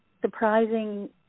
surprising